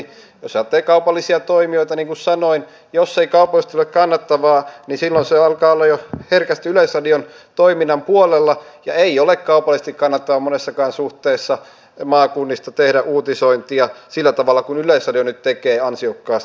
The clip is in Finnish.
jos ajattelee kaupallisia toimijoita niin jos niin kuin sanoin ei kaupallisesti ole kannattavaa niin silloin se alkaa olla jo herkästi yleisradion toiminnan puolella ja ei ole kaupallisesti kannattavaa monessakaan suhteessa tehdä uutisointia maakunnista sillä tavalla kuin yleisradio nyt tekee ansiokkaasti